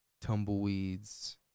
tumbleweeds